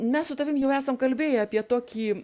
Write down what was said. mes su tavim jau esam kalbėję apie tokį